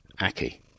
Aki